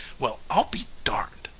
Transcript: well, i'll be darned!